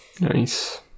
Nice